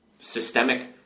systemic